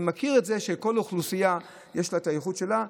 אני מכיר את זה שלכל אוכלוסייה יש את הייחוד שלה.